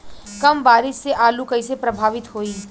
कम बारिस से आलू कइसे प्रभावित होयी?